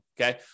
okay